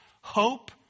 Hope